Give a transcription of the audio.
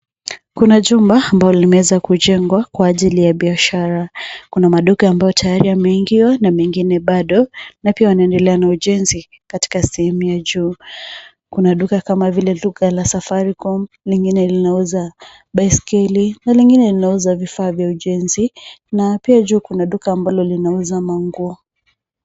Kuna jumba ambalo limeweza kujengwa kwa ajili ya biashara. Kuna maduka ambayo tayari yameingiwa na mengine bado na pia wanaendela na ujenzi katika sehemu ya juu. Kuna maduka kama vile duka la Safaricom, lingine linauza baiskeli na lingine linauza vifaa vya ujenzi na pia juu kuna duka ambalo linauza nguo.